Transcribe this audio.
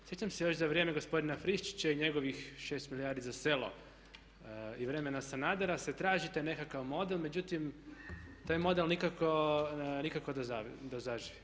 Sjećam se još za vrijeme gospodina Friščića i njegovih 6 milijardi za selo i vremena Sanadera se tražite nekakav model, međutim taj model nikako da zaživi.